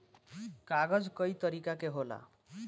कागज कई तरीका के होला